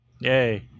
yay